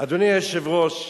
אדוני היושב-ראש,